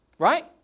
Right